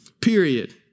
Period